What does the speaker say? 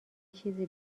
چیزی